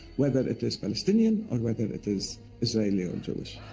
whether it is palestinian or whether it is israeli or jewish.